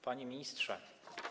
Panie Ministrze!